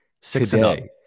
today